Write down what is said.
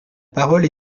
parole